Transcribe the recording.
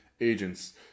agents